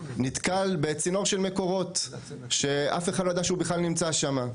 נתקל בצינור של מקורות שאף אחד לא ידע שהוא בכלל נמצא שם.